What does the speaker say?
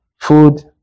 food